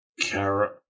carrot